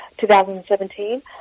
2017